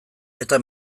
eta